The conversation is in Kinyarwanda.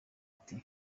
ati